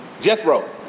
Jethro